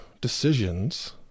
decisions